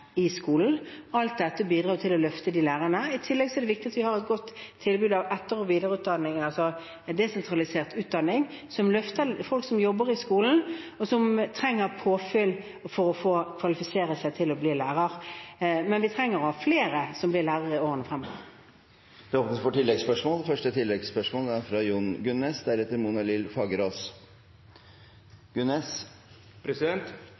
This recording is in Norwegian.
i skolen. Alt dette bidrar til å løfte lærerne. I tillegg er det viktig at vi har et godt tilbud fom etter- og videreutdanning, desentralisert utdanning, som løfter folk som jobber i skolen, og som trenger påfyll for å kvalifisere seg til å bli lærer. Men vi trenger at flere blir lærere i årene fremover. Det åpnes for